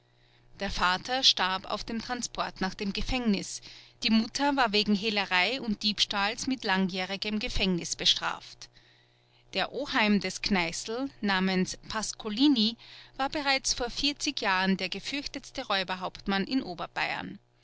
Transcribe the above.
der vater starb auf dem transport nach dem gefängnis die mutter war wegen hehlerei und diebstahls mit langjährigem gefängnis bestraft der oheim des kneißl namens pascolini war bereits vor jahren der gefürchtetste räuberhauptmann in oberbayern